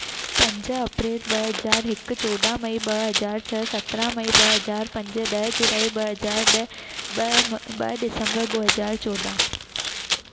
पंज अप्रेल ॿ हज़ार हिक चौॾांह मई ॿ हज़ार छह सतिरहं मई ॿ हज़ार पंज ॾह जुलाई ॿ हज़ार ॾह ॿ ॿ दिसम्बर ॿ हज़ार चौॾहं